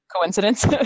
Coincidence